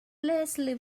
leslie